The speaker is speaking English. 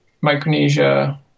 Micronesia